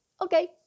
Okay